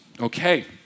Okay